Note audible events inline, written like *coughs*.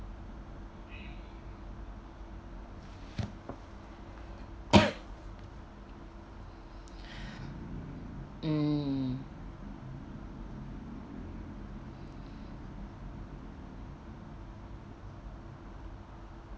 *coughs* *breath* mm